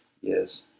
Yes